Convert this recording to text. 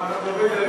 סעיפים 1 13 נתקבלו.